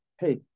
hey